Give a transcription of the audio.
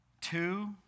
two